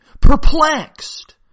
perplexed